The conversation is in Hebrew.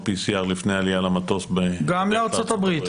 PCR לפני העלייה למטוס גם בארצות הברית.